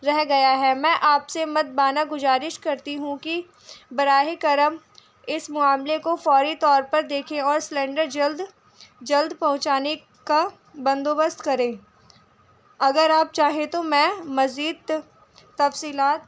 رہ گیا ہے میں آپ سے مؤدبانہ گزارش کرتی ہوں کہ براہ کرم اس معاملے کو فوری طور پر دیکھیں اور سلنڈر جلد جلد پہنچانے کا بندوبست کریں اگر آپ چاہیں تو میں مزید تفصیلات